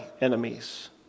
enemies